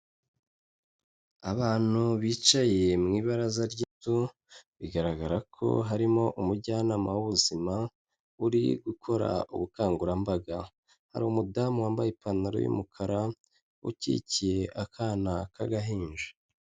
Abantu bicaye mu ibaraza ry'inzu, bigaragara ko harimo umujyanama w'ubuzima uri gukora ubukangurambaga, hari umudamu wambaye ipantaro y'umukara ukikiye akana k'agahinja.